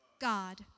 God